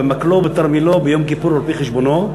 במקלו ובתרמילו ביום כיפור על-פי חשבונו,